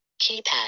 keypad